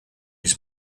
his